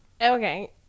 Okay